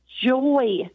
joy